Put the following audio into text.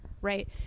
right